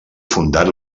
fundat